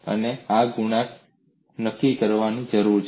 અને આ 4 ગુણાંક નક્કી કરવાની જરૂર છે